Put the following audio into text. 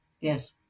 Yes